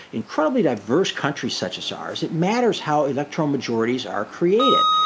incredibly diverse country such as ours, it matters how electoral majorities are created.